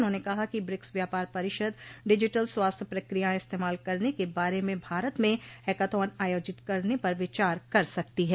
उन्होंने कहा कि ब्रिक्स व्याापार परिषद डिजीटल स्वास्थ्य प्रक्रियाएं इस्तेमाल करने के बारे में भारत में हैकाथॉन आयोजित करने पर विचार कर सकती है